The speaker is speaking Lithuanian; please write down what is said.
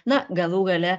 na galų gale